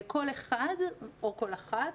כל אחד או כל אחת,